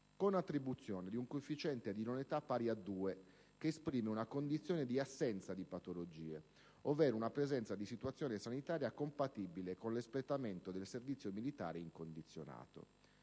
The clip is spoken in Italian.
con attribuzione di un coefficiente di idoneità pari a 2, che esprime una condizione di assenza di patologia, ovvero una presenza di situazione sanitaria compatibile con l'espletamento del servizio militare incondizionato.